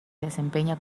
desempeña